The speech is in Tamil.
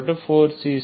c24c2